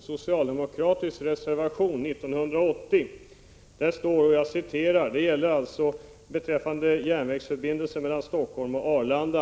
socialdemokratisk reservation från år 1980 beträffande järnvägsförbindelser mellan Helsingfors och Arlanda.